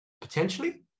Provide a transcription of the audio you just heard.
Potentially